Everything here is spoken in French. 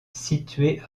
située